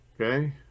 Okay